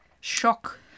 Shock